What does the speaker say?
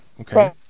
Okay